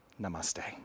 Namaste